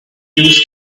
used